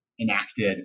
enacted